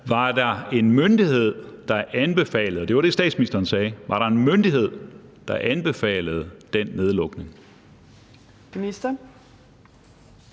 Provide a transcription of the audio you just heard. Var der en myndighed, der anbefalede – og